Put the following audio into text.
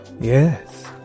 Yes